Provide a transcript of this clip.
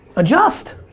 adjust!